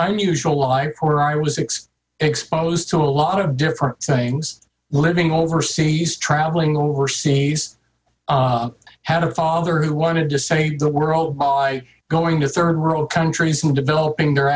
nusual life where i was six exposed to a lot of different things living overseas traveling overseas had a father who wanted to save the world by going to third world countries and developing their